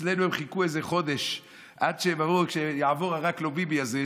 אצלנו הם חיכו איזה חודש עד שהם אמרו: כשיעבור ה"רק לא ביבי" הזה,